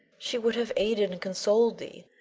she would have aided and consoled thee.